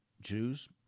Jews